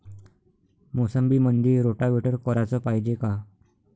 मोसंबीमंदी रोटावेटर कराच पायजे का?